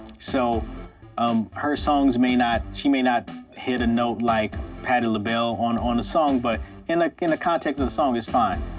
so um her songs may not she may not hit a note like patti labelle on the song, but in in the context of the song, it's fine.